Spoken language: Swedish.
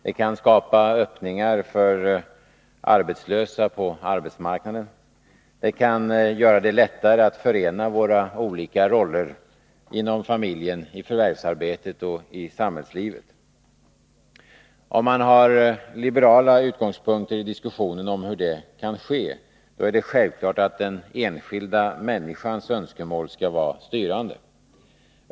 Det kan skapa möjligheter för arbetslösa på arbetsmarknaden. Det kan göra det lättare att förena våra olika roller inom familjen, i förvärvsarbetet och i samhällslivet. Om man har liberala utgångspunkter i diskussioner om hur detta skall ske, då är det självklart att den enskilda människans önskemål skall vara styrande.